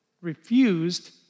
refused